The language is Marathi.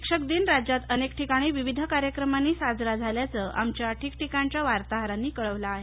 शिक्षकदिन राज्यात अनेक ठिकाणी विविध कार्यक्रमांनी साजरा झाल्याचं आमच्या ठिकठिकाणच्या वार्ताहरांनी कळवलं आहे